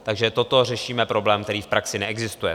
Takže toto řešíme problém, který v praxi neexistuje.